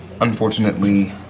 Unfortunately